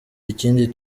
ikindi